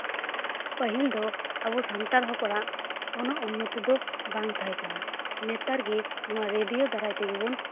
ᱯᱟᱹᱦᱤᱞ ᱫᱚ ᱟᱵᱚ ᱥᱟᱱᱛᱟᱲ ᱦᱚᱯᱚᱱᱟᱜ ᱩᱱᱟᱹᱜ ᱩᱱᱱᱚᱛᱤ ᱫᱚ ᱵᱟᱝ ᱛᱟᱦᱮᱸ ᱠᱟᱱᱟ ᱱᱮᱛᱟᱨ ᱜᱮ ᱱᱚᱣᱟ ᱨᱮᱰᱤᱭᱳ ᱫᱟᱨᱟᱭ ᱛᱮᱜᱮ ᱵᱚᱱ